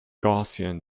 gaussian